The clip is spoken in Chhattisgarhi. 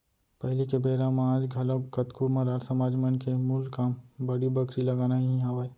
पहिली के बेरा म आज घलोक कतको मरार समाज मन के मूल काम बाड़ी बखरी लगाना ही हावय